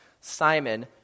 Simon